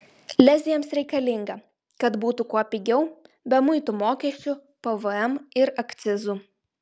lez jiems reikalinga kad būtų kuo pigiau be muitų mokesčių pvm ir akcizų